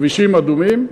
כבישים אדומים,